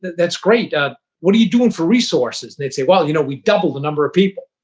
that's great. ah what are you doing for resources? they'd say, well, you know, we doubled the number of people.